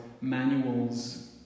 manuals